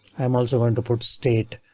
i'm also going to put state.